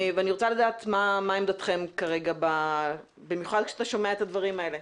אני רוצה לדעת מה עמדתכם כרגע במיוחד כשאתה שומע את הדברים האלה.